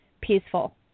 peaceful